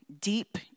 deep